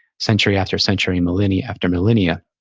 century after century, millennia after millennia.